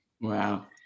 Wow